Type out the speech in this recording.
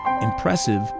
impressive